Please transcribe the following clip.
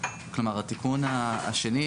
התיקון השני,